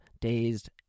dazed